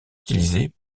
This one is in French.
utilisé